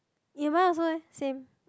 eh mine also eh same